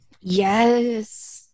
Yes